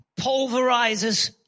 pulverizes